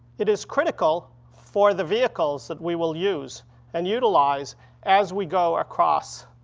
it is critical for the vehicles that we will use and utilize as we go across,